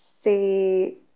say